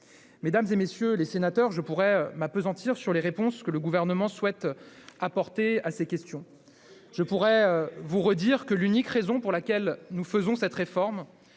Mesdames, messieurs les sénateurs, je pourrais m'appesantir sur les réponses que le Gouvernement souhaite apporter à ces questions. On les connaît, vos réponses ! Je pourrais vous redire que l'unique raison pour laquelle nous faisons cette réforme,